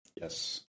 Yes